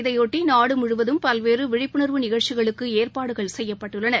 இதையொட்டி நாடு முழுவதும் பல்வேறு விழிப்புணர்வு நிகழ்ச்சிகளுக்கு ஏற்பாடுகள் செய்யப்பட்டுள்ளன